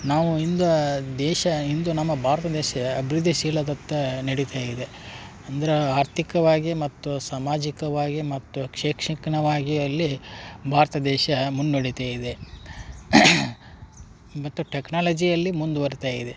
ನಾವು ಇಂದು ದೇಶ ಇಂದು ನಮ್ಮ ಭಾರತ ದೇಶ ಅಭಿವೃದ್ಧಿ ಶೀಲದತ್ತ ನಡೀತ ಇದೆ ಅಂದ್ರೆ ಆರ್ಥಿಕವಾಗಿ ಮತ್ತು ಸಾಮಾಜಿಕವಾಗಿ ಮತ್ತು ಕ್ಷೇಕ್ಷಿಕ್ನವಾಗಿ ಅಲ್ಲಿ ಭಾರತ ದೇಶ ಮುನ್ನಡಿತ ಇದೆ ಮತ್ತು ಟೆಕ್ನಾಲಜಿಯಲ್ಲಿ ಮುಂದುವರಿತ ಇದೆ